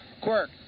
Quirk